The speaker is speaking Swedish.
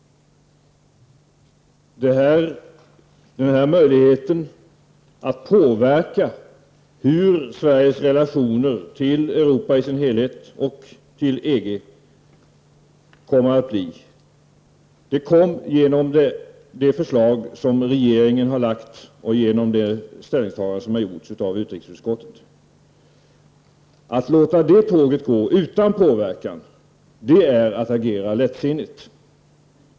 Den här möjligheten att påverka hur Sveriges relationer till Europa i dess helhet och till EG kommer att bli kom genom det förslag regeringen har framlagt och genom det ställningstagande som gjordes i utrikesutskottet. Att låta det tåget gå utan påverkan skulle vara att agera lättsinnigt.